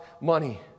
money